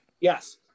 Yes